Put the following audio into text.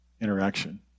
interaction